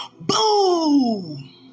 boom